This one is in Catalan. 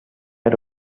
era